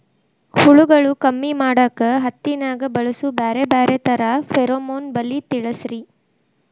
ಹುಳುಗಳು ಕಮ್ಮಿ ಮಾಡಾಕ ಹತ್ತಿನ್ಯಾಗ ಬಳಸು ಬ್ಯಾರೆ ಬ್ಯಾರೆ ತರಾ ಫೆರೋಮೋನ್ ಬಲಿ ತಿಳಸ್ರಿ